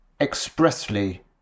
expressly